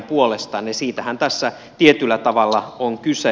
siitähän tässä tietyllä tavalla on kyse